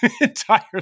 entirely